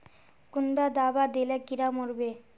कुंडा दाबा दिले कीड़ा मोर बे?